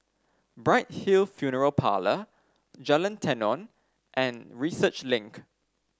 Bright Hill Funeral Parlour Jalan Tenon and Research Link